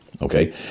Okay